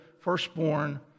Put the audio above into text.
firstborn